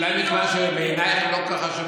אולי מכיוון שבעינייך הן לא כל כך חשובות,